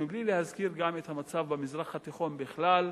מבלי להזכיר גם את המצב במזרח התיכון בכלל,